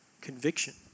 conviction